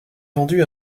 vendu